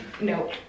no